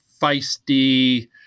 feisty